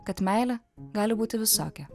kad meilė gali būti visokia